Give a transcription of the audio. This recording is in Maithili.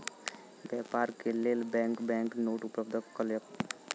व्यापार के लेल बैंक बैंक नोट उपलब्ध कयलक